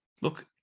look